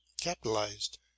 capitalized